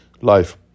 life